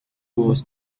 was